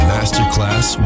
Masterclass